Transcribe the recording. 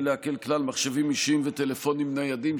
לעקל כלל מחשבים אישיים וטלפונים ניידים,